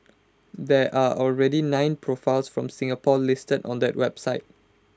there are already nine profiles from Singapore listed on that website